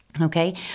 Okay